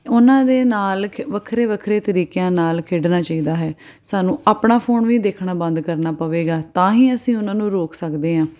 ਉਹਨਾਂ ਦੇ ਨਾਲ ਖ ਵੱਖਰੇ ਵੱਖਰੇ ਤਰੀਕਿਆਂ ਨਾਲ ਖੇਡਣਾ ਚਾਹੀਦਾ ਹੈ ਸਾਨੂੰ ਆਪਣਾ ਫ਼ੋਨ ਵੀ ਦੇਖਣਾ ਬੰਦ ਕਰਨਾ ਪਵੇਗਾ ਤਾਂ ਹੀ ਅਸੀਂ ਉਹਨਾਂ ਨੂੰ ਰੋਕ ਸਕਦੇ ਹਾਂ